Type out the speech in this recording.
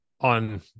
on